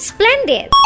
Splendid